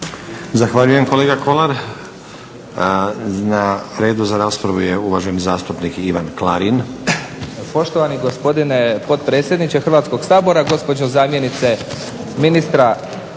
Zahvaljujem kolega Kolar. Na redu za raspravu je uvaženi zastupnik Ivan Klarin. **Klarin, Ivan (SDP)** Poštovani gospodine potpredsjedniče Hrvatskog sabora, gospođo zamjenice ministra